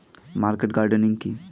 Market gardening কি?